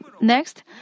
Next